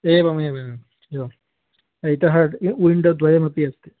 एवमेव एवम् एवं इतः विण्डोद्वयमपि अस्ति